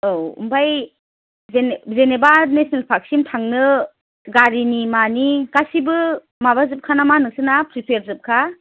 औ ओमफ्राय जेने जेनेबा नेसनेल पार्कसिम थांनो गारिनि मानि गासैबो माबा जोबखा नामा नोंसिना प्रिपायार जोबखा